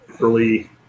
early